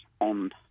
on